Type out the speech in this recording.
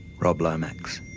rob lomax.